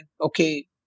okay